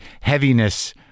heaviness